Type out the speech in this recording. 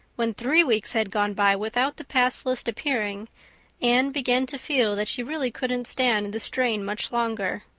when three weeks had gone by without the pass list appearing anne began to feel that she really couldn't stand the strain much longer.